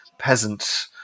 peasant